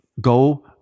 go